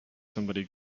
somebody